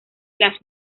las